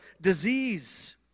disease